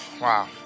Wow